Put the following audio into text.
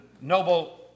noble